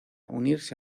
unirse